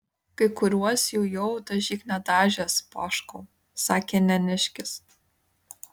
kai kuriuos jų jau dažyk nedažęs poškau sakė neniškis